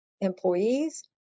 employees